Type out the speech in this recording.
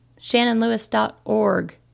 shannonlewis.org